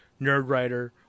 Nerdwriter